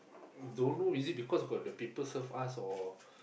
don't know is it because got the people serve us or